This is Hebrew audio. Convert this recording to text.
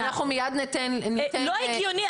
לא הגיוני,